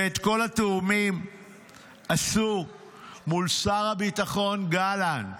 ואת כל התיאומים עשו מול שר הביטחון גלנט,